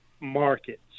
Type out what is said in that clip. markets